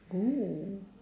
!woo!